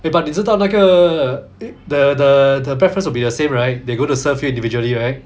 eh but 你知道那个 eh the the breakfast will be the same right they go to serve you individually right